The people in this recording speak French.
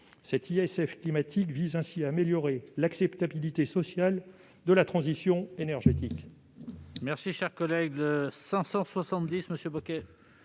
Cet ISF climatique vise à améliorer l'acceptabilité sociale de la transition énergétique.